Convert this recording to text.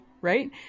Right